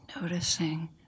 Noticing